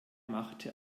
machte